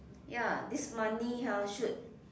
ya this money ah should